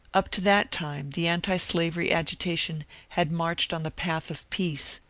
up to that time the antislavery agitation had marched on the path of peace,